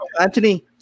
Anthony